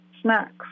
snacks